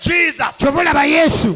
Jesus